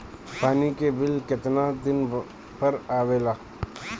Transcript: पानी के बिल केतना दिन पर आबे ला?